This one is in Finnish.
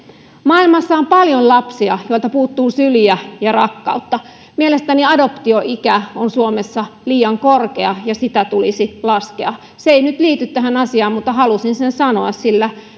maailmassa on paljon lapsia joilta puuttuu syliä ja rakkautta mielestäni adoptioikä on suomessa liian matala ja sitä tulisi nostaa se ei nyt liity tähän asiaan mutta halusin sen sanoa sillä